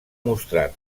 mostrat